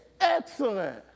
Excellent